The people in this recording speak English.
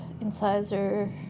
Incisor